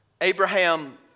Abraham